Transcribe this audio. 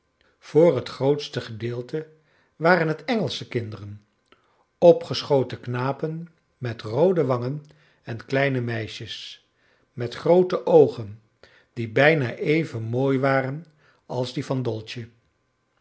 voor het grootste gedeelte waren het engelsche kinderen opgeschoten knapen met roode wangen en kleine meisjes met groote oogen die bijna even mooi waren als die van dolce